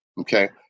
Okay